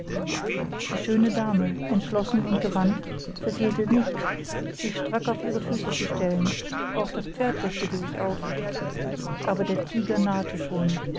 die schöne dame entschlossen und gewandt verfehlte nicht sich strack auf ihre füße zu stellen auch das pferd richtete sich auf aber der tiger nahte schon